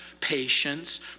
patience